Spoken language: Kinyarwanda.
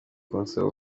kunsaba